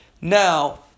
now